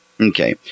Okay